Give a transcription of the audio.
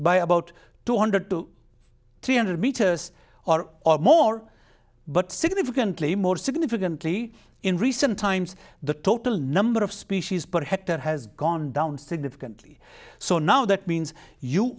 by about two hundred to three hundred meters or more but significantly more significantly in recent times the total number of species protected has gone down significantly so now that means you